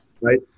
Right